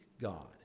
God